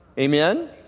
Amen